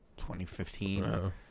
2015